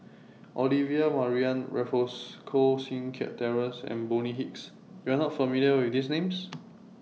Olivia Mariamne Raffles Koh Seng Kiat Terence and Bonny Hicks YOU Are not familiar with These Names